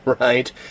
right